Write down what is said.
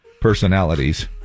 personalities